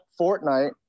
Fortnite